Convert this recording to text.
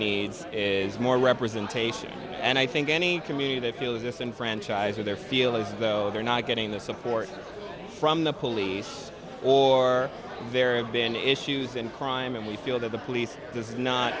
needs is more representation and i think any community that feels disenfranchised or there feel as though they're not getting the support from the police or very been issues and crime and we feel that the police